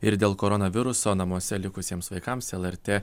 ir dėl koronaviruso namuose likusiems vaikams lrt